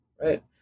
right